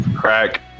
crack